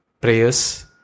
prayers